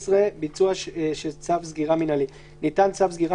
ביצוע של צו סגירה מינהלי 11. ניתן צו סגירה